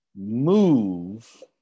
move